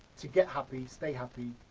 to get happy, stay happy,